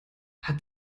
hat